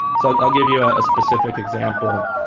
so i'll give you ah a specific example.